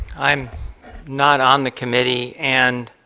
i'm not on the committee, and